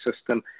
system